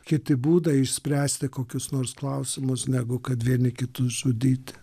kiti būdai išspręsti kokius nors klausimus negu kad vieni kitus žudyti